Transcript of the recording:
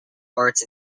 arts